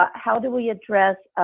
how do we address